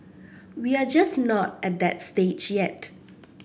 we are just not at that stage yet